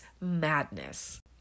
madness